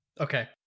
Okay